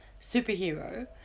Superhero